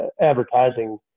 advertising